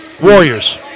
Warriors